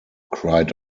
cried